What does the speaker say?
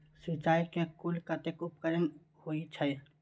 सिंचाई के कुल कतेक उपकरण होई छै?